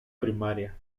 primaria